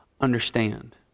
understand